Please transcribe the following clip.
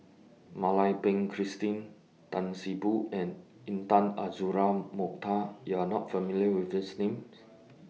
Mak Lai Peng Christine Tan See Boo and Intan Azura Mokhtar YOU Are not familiar with These Names